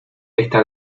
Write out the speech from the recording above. está